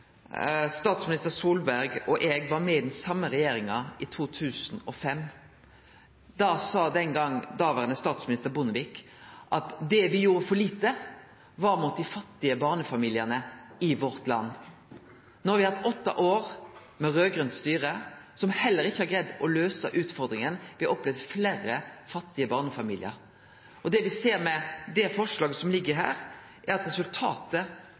eg var med i den same regjeringa i 2005. Den gongen sa daverande statsminister Bondevik at der me gjorde for lite, var for dei fattige barnefamiliane i landet vårt. No har me hatt åtte år med raud-grønt styre, som heller ikkje har greidd å løyse utfordringa, me har opplevd fleire fattige barnefamiliar, og det me ser med det forslaget som ligg her, er at resultatet